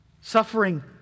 Suffering